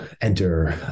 enter